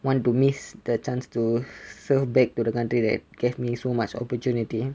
want to miss the chance to serve back to the country that gave me so much opportunity